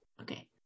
Okay